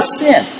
sin